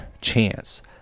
chance